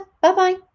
Bye-bye